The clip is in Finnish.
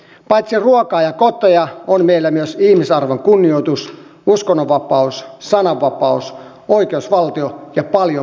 paitsi ruokaa ja koteja on meillä myös ihmisarvon kunnioitus uskonnonvapaus sananvapaus oikeusvaltio ja paljon muuta hyvää